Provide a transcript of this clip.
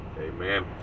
Amen